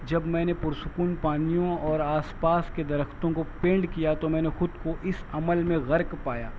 جب میں نے پرسکون پانیوں اور آس پاس کے درختوں کو پینٹ کیا تو میں نے خود کو اس عمل میں غرق پایا